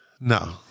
No